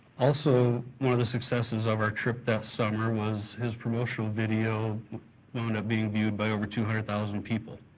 also one of the successes of our trip that summer was his promotional video wound up being viewed by over two hundred thousand people,